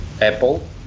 apple